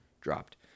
dropped